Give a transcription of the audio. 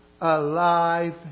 Alive